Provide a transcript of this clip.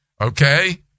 Okay